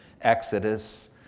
Exodus